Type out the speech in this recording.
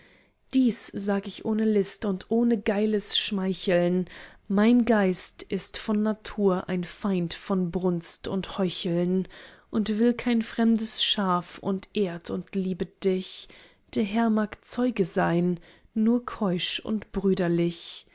dies sag ich ohne list und ohne geiles schmeicheln mein geist ist von natur ein feind von brunst und heucheln und will kein fremdes schaf und ehrt und liebet dich der herr mag zeuge sein nur keusch und brüderlich